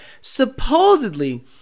supposedly